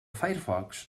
firefox